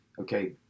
okay